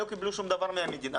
לא קיבלו שום דבר מהמדינה